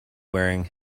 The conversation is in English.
wearing